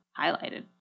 highlighted